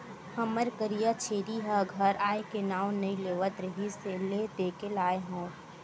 हमर करिया छेरी ह घर आए के नांव नइ लेवत रिहिस हे ले देके लाय हँव